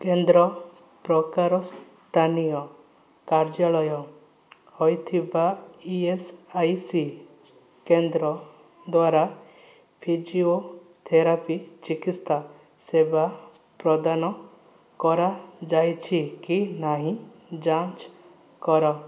କେନ୍ଦ୍ର ପ୍ରକାର ସ୍ଥାନୀୟ କାର୍ଯ୍ୟାଳୟ ହୋଇଥିବା ଇ ଏସ୍ ଆଇ ସି କେନ୍ଦ୍ର ଦ୍ୱାରା ଫିଜିଓଥେରାପି ଚିକିତ୍ସା ସେବା ପ୍ରଦାନ କରାଯାଇଛି କି ନାହିଁ ଯାଞ୍ଚ କର